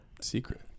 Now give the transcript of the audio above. secret